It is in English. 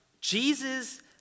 Jesus